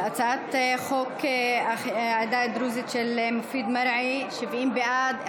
הצעת חוק העדה הדרוזית של מופיד מרעי: 70 בעד,